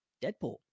Deadpool